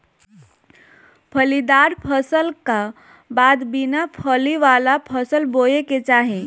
फलीदार फसल का बाद बिना फली वाला फसल के बोए के चाही